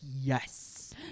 yes